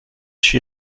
she